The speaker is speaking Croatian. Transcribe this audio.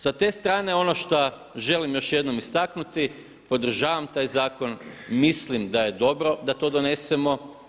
Sa te strane ono što želim još jednom istaknuti podržavam taj zakon i mislim da je dobro da to donesemo.